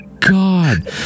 God